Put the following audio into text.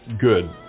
good